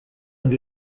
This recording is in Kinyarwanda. ibi